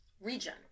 region